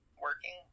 working